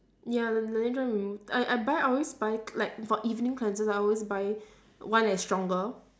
ya the laneige one remove I I buy I always buy like for evening cleansers I always buy one that is stronger